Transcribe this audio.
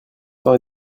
temps